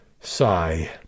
Sigh